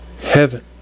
heaven